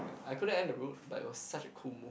ya I couldn't end the route but it was such a cool move